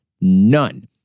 none